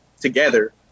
together